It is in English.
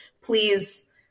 please